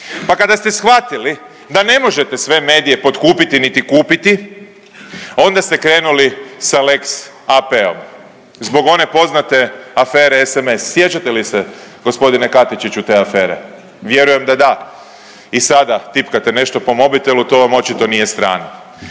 Pa kada ste shvatili da ne možete sve medije potkupiti niti kupiti, onda ste krenuli sa lex AP-om zbog one poznate afere SMS. Sjećate li se gospodine Katičiću te afere? Vjerujem da da. I sada tipkate nešto po mobitelu, to vam očito nije strano.